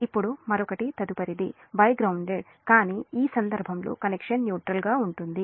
ఇప్పుడు మరొకటి తదుపరిది Y గ్రౌన్దేడ్ కానీ case ఈ సందర్భంలో కనెక్షన్ న్యూట్రల్ ఉంటుంది